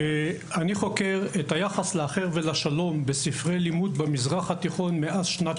אני חוקר את היחס לאחר ולשלום בספרי לימוד במזרח התיכון מאז שנת